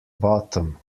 bottom